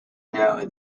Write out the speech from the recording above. know